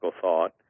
thought